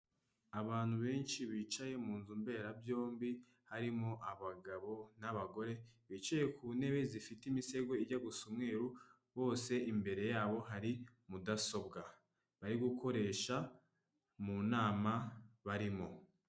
Abantu benshi bicaye mu nzu mberabyombi, harimo abagabo n'abagore bicaye ku ntebe zifite imisego ijya gusa umweru, bose imbere yabo hari mudasobwa. Bari gukoresha mu nama barimo.